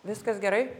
viskas gerai